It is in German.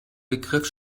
begriff